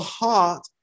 heart